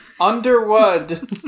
Underwood